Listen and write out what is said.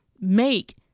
make